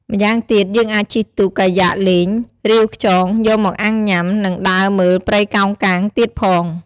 ម្យ៉ាងទៀតយើងអាចជិះទូកកាយយ៉ាកលេង រាវខ្យង យកមកអាំងញុំា នឹងដើរមើលព្រៃកោងកាងទៀតផង។